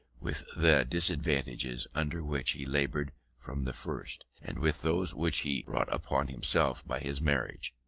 with the disadvantages under which he laboured from the first, and with those which he brought upon himself by his marriage.